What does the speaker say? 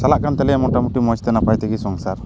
ᱪᱟᱞᱟᱜ ᱠᱟᱱ ᱛᱟᱞᱮᱭᱟ ᱢᱳᱴᱟᱢᱩᱴᱤ ᱢᱚᱡᱽ ᱛᱮ ᱱᱟᱯᱟᱭ ᱛᱮᱜᱮ ᱥᱚᱝᱥᱟᱨ